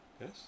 Yes